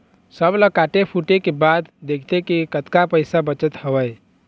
सब ल काटे कुटे के बाद देखथे के कतका पइसा बचत हवय